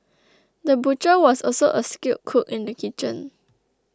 the butcher was also a skilled cook in the kitchen